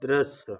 दृश्य